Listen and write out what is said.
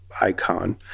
icon